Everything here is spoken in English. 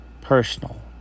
personal